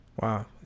Wow